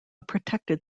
protected